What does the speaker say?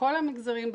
מכל המגזרים,